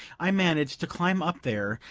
i managed to climb up there,